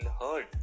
heard